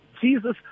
Jesus